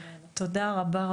תודה רבה.